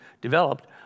developed